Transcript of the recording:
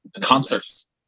concerts